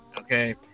Okay